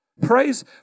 Praise